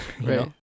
Right